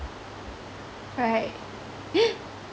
right